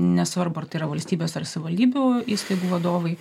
nesvarbu ar tai yra valstybės ar savivaldybių įstaigų vadovai